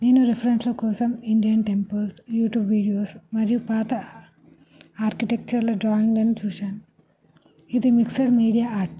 నేను రెఫరెన్స్ కోసం Indian temples YouTube videos మరియు పాత ఆర్కిటెక్చర్ల డ్రాయింగ్లని చూశాను ఇది మిక్సడ్ మీడియా ఆర్ట్